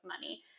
money